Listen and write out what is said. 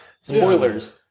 Spoilers